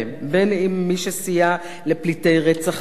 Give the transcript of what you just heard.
אם סייע לפליטי רצח-עם,